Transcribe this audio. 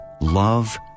love